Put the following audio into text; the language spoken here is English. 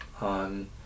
on